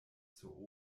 zur